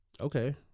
okay